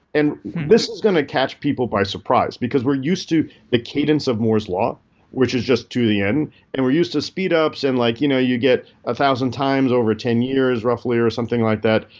and this is going to catch people by surprise, because we're used to the cadence of moore's law which is just two to the n and we're used to speed-ups and like you know you get a thousand times over ten years roughly, or something like that.